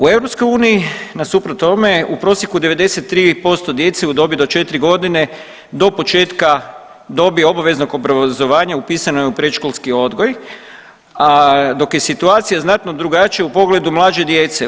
U EU nasuprot tome je u prosjeku 93% djece u dobi do 4 godine do početka dobi obaveznog obrazovanja upisano je u predškolski odgoj, a dok je situacija znatno drugačija u pogledu mlađe djece.